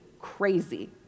crazy